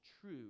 true